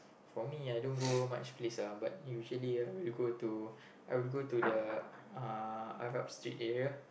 for me I don't go much place lah but usually I would go to I would go to the uh arab Street area